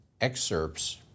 excerpts